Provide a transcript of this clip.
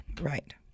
Right